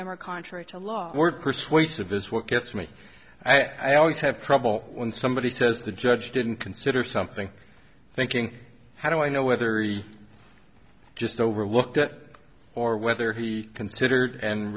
them are contrary to law or persuasive is what gets me i always have trouble when somebody says the judge didn't consider something thinking how do i know whether he just overlooked that or whether he considered and